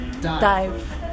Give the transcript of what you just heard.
Dive